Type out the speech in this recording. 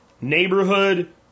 neighborhood